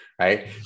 right